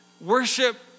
worship